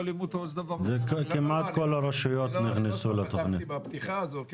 כמעט כל הרשויות נכנסו לתוכנית הזאת.